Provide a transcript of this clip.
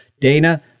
Dana